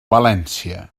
valència